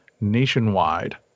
nationwide